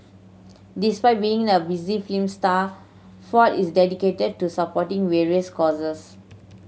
despite being a busy film star Ford is dedicated to supporting various causes